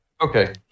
okay